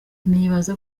nibaza